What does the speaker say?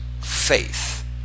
faith